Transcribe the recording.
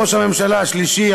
ראש הממשלה השלישי,